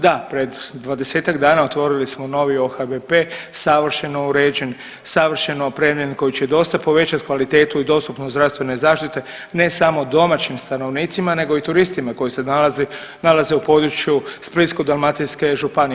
Da, pred dvadesetak dana otvorili smo novi OHBP savršeno uređen, savršeno opremljen koji će dosta povećati kvalitetu i dostupnost zdravstvene zaštite ne samo domaćim stanovnicima, nego i turistima koji se nalaze u području Splitsko-dalmatinske županije.